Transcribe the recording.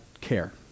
care